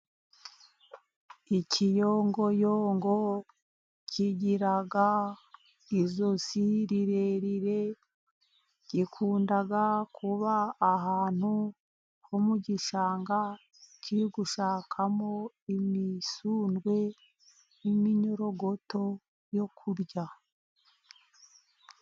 Ikiyongoyongo kigira ijosi rirerire. Gikunda kuba ahantu ho mu gishanga kiri gushakamo imisundwe n'iminyorogoto yo kurya.